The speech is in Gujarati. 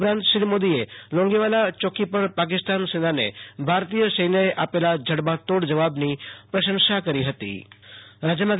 ઉપરાંત શ્રી મોદીએ લોંગેવાલા ચોકી પર પાકિસ્તાન સેનાને ભારતીય સૈન્યએ આપેલા જડબાંતોડ જવાબની પ્રશંસા કરી હતી આશુ તોષ અંતાણી કોરોનાસ્થિતિઃરાજ્યઃ